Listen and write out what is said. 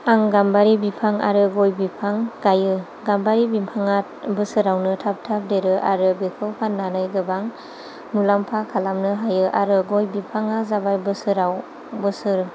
आं गाम्बारि बिफां आरो गय बिफां गायो गाम्बारि बिफाङा बोसोरावनो थाब थाब देरो आरो बेखौ फान्नानै गोबां मुलाम्फा खालामनो हायो आरो गय बिफाङा जाबाय बोसोराव बोसोर